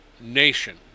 nation